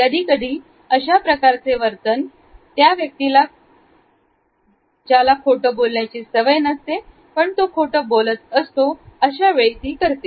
कधीकधी अशा प्रकारचे वर्तन ज्या व्यक्तीला खोटं बोलण्याची सवय नसते पण ती खोटं बोलत असते अशा वेळी ती करते